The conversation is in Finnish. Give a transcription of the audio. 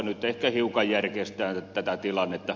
nyt ehkä hiukan järkeistetään tätä tilannetta